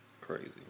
Crazy